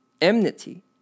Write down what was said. enmity